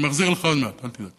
אני מחזיר לך עוד מעט, אל תדאג.